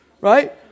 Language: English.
right